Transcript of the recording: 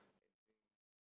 and drink